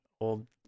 old